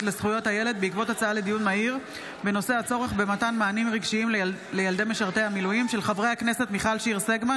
לזכויות הילד בעקבות דיון מהיר בהצעתם של חברי הכנסת: מיכל שיר סגמן